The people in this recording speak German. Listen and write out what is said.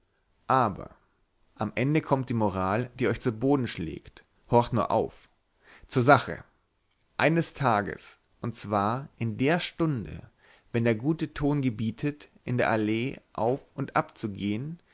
aber am ende kommt die moral die euch zu boden schlägt horcht nur auf zur sache eines tages und zwar in der stunde wenn der gute ton gebietet in der allee auf und